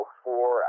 four